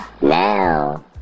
Now